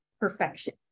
perfection